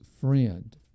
friend